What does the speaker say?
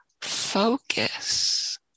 focus